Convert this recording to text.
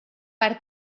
per